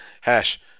Hash